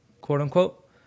quote-unquote